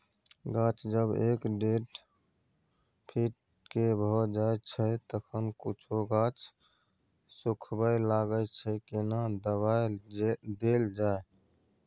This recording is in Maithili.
गाछ जब एक डेढ फीट के भ जायछै तखन कुछो गाछ सुखबय लागय छै केना दबाय देल जाय?